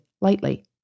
lightly